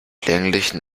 länglichen